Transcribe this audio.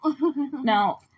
Now